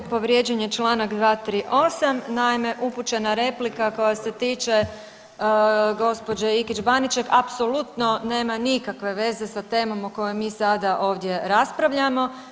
Povrijeđen je Članak 238., naime upućena replika koja se tiče gospođe Ikić Baniček apsolutno nema nikakve veze sa temom o kojoj mi sada ovdje raspravljamo.